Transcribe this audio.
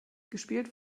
gespielt